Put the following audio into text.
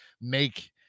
make